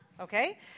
Okay